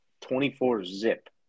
24-zip